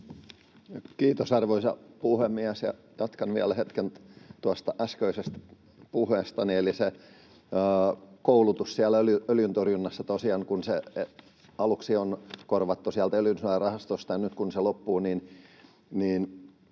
Kiitos, arvoisa puhemies! Jatkan vielä hetken tuosta äskeisestä puheestani. — Kun koulutus siellä öljyntorjunnassa tosiaan aluksi on korvattu Öljysuojarahastosta ja nyt se loppuu,